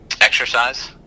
Exercise